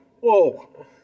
Whoa